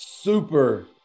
Super